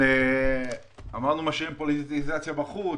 אמרנו שמשאירים את הפוליטיקה בחוץ,